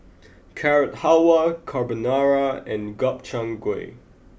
Carrot Halwa Carbonara and Gobchang Gui